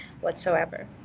whatsoever